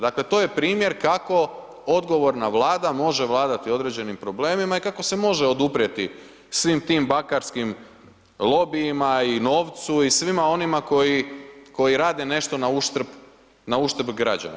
Dakle, to je primjer, kako odgovorna vlada, može vladati određenim problemima i kako se može oduprijeti, svim tim bankarskim lobijima i novcu i svima onima koji rade nešto na uštrb građana.